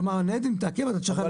כלומר הניידת מתעכבת עד שהחייל יגיע.